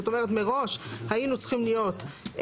זאת אומרת מראש היינו צריכים להיות נמוכים,